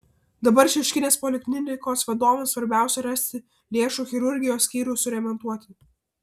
dabar šeškinės poliklinikos vadovams svarbiausia rasti lėšų chirurgijos skyrių suremontuoti